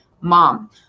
Mom